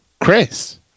Chris